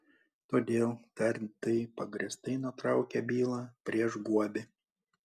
todėl tardytojai pagrįstai nutraukė bylą prieš guobį